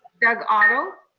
doug otto.